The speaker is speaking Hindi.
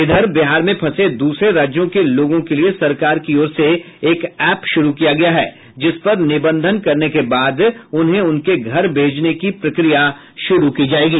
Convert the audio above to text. इधर बिहार में फंसे दूसरे राज्यों के लोगों के लिए सरकार की ओर से एक ऐप शुरू किया गया है जिस पर निबंधन करने के बाद उन्हें उनके घर भेजने की प्रक्रिया शुरू की जाएगी